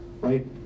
right